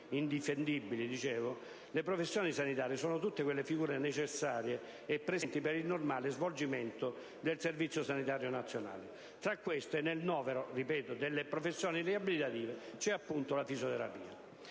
indifendibili, le professioni sanitarie sono tutte quelle figure necessarie e presenti per il normale svolgimento del Servizio sanitario nazionale. Tra queste, nel novero delle professioni riabilitative, c'è, appunto, la fisioterapia.